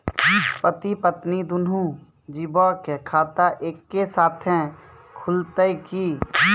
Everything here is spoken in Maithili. पति पत्नी दुनहु जीबो के खाता एक्के साथै खुलते की?